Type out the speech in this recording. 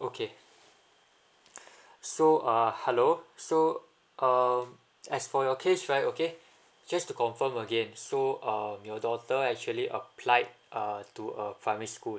okay so uh hello so uh as for your case right okay just to confirm again so um your daughter actually applied uh to a primary school